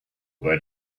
where